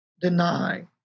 deny